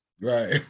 Right